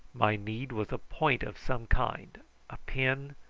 my need was a point of some kind a pin,